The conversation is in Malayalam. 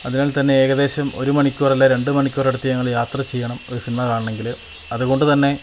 അതിനാല് തന്നെ ഏകദേശം ഒരു മണിക്കൂര് അല്ലേൽ രണ്ടു മണിക്കൂറടുത്ത് ഞങ്ങള് യാത്ര ചെയ്യണം ഒരു സിനിമ കാണണമെങ്കില് അതുകൊണ്ടുതന്നെ